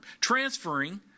transferring